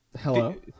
Hello